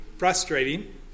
frustrating